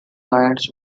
kinds